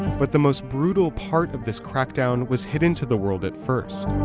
but the most brutal part of this crackdown was hidden to the world at first.